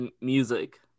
music